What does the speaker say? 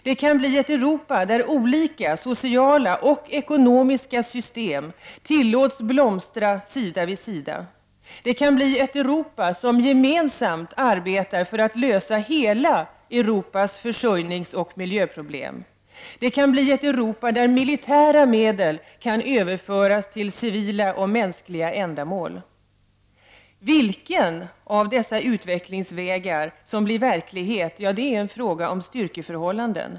Det kan bli ett Europa där olika sociala och ekonomiska system tillåts blomstra sida vid sida. Det kan bli ett Europa som gemensamt arbetar för att lösa hela Europas försörjningsoch miljöproblem. Det kan bli ett Europa där militära medel kan överföras till civila och mänskliga ändamål. Vilken av dessa utvecklingsvägar som blir verklighet är en fråga om styrkeförhållanden.